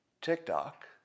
TikTok